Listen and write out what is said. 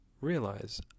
realize